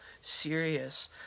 serious